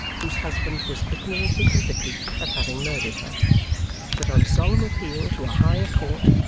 whose husband was ignorantly convicted of having murdered her but on solemn appeal to a higher court,